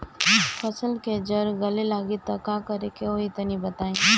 फसल के जड़ गले लागि त का करेके होई तनि बताई?